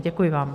Děkuji vám.